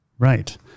Right